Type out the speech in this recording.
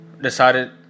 decided